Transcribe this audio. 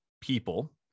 people